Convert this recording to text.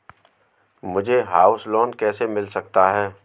मुझे house loan कैसे मिल सकता है?